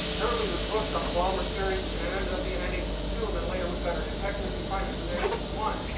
everybody was hooked on the balmer series and it ended up being n equals two. and then later with better detectors we find there's an and n equals one.